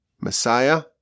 Messiah